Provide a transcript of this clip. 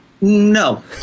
No